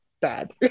bad